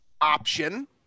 option